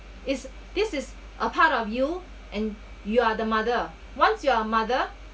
is this is a part of you and you are the mother once you're mother